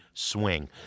swing